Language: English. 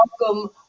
welcome